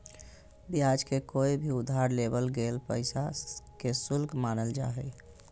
ब्याज के कोय भी उधार लेवल गेल पैसा के शुल्क मानल जा हय